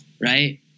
right